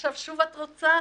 ועכשיו שוב את רוצה?